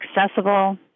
accessible